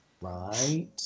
Right